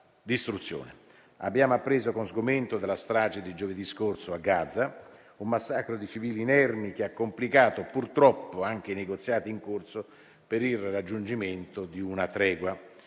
Abbiamo appreso con sgomento della strage di giovedì scorso a Gaza: un massacro di civili inermi che ha complicato, purtroppo, anche i negoziati in corso per il raggiungimento di una tregua.